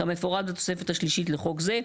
כמפורט בתוספת השלישית לחוק זה.